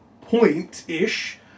point-ish